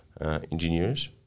engineers